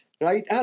right